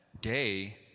day